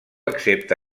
excepte